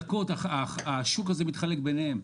השוק הזה מתחלק ביניהן.